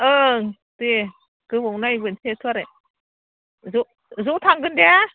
ओं दे गोबाव नायबोनसैथ' आरो ज' थांगोन दे